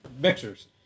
mixers